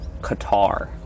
Qatar